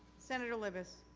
senator libous.